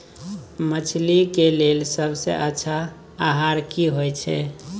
मछली के लेल सबसे अच्छा आहार की होय छै?